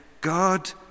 God